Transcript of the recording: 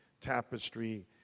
tapestry